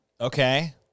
okay